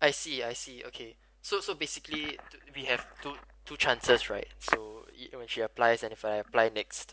I see I see okay so so basically we have two two chances right so when she applies and when I apply next